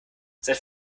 seit